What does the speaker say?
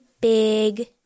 big